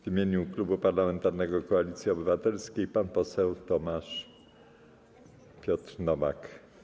W imieniu Klubu Parlamentarnego Koalicja Obywatelska pan poseł Tomasz Piotr Nowak.